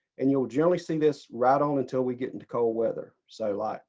and you'll generally see this right on until we get into cold weather. so like,